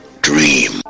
dream